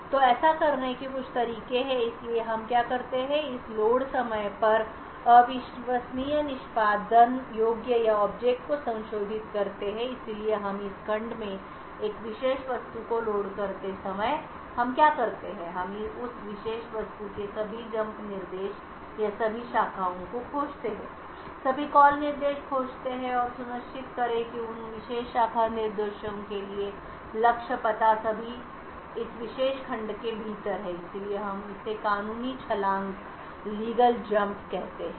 तो ऐसा करने के कुछ तरीके हैं इसलिए हम क्या करते हैं कि हम लोड समय पर अविश्वसनीय निष्पादन योग्य या ऑब्जेक्ट को संशोधित करते हैं इसलिए हम इस खंड में एक विशेष वस्तु को लोड करते समय हम क्या करते हैं हम उस विशेष वस्तु के सभी जंप निर्देश या सभी शाखाएं को खोजते हैं सभी कॉल निर्देश खोजते हैं और सुनिश्चित करें कि उन विशेष शाखा निर्देशों के लिए लक्ष्य पता सभी इस विशेष खंड के भीतर हैं इसलिए हम इसे कानूनी छलांग कहते हैं